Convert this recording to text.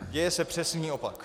Děje se přesný opak.